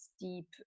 deep